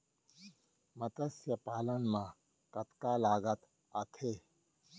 मतस्य पालन मा कतका लागत आथे?